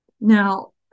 Now